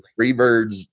Freebirds